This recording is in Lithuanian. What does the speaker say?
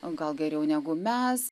o gal geriau negu mes